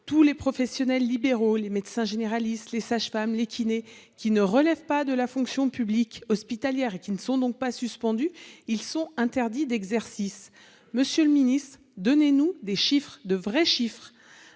tous les professionnels libéraux, les médecins généralistes, les sages-femmes, les kinés qui ne relèvent pas de la fonction publique hospitalière et qui ne sont donc pas suspendu, ils sont interdits d'exercice, monsieur le Ministre donnez-nous des chiffres de vrais chiffres